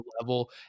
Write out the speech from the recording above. level